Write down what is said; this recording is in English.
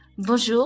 Bonjour